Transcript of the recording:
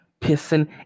pissing